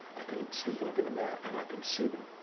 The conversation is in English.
i can sneak a look in the mirror and i can see them,